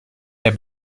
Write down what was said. der